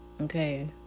Okay